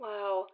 Wow